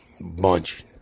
Bunch